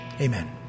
Amen